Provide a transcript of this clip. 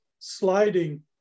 sliding